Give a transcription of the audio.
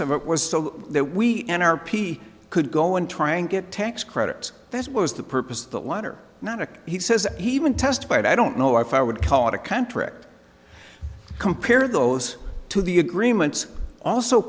of it was so that we and our p could go and try and get tax credits this was the purpose of the letter not a he says he even testified i don't know if i would call it a contract compare those to the agreements also